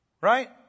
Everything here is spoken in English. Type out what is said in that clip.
right